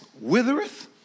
withereth